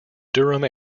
durham